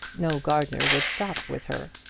no gardener would stop with her.